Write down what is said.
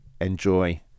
enjoy